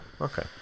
Okay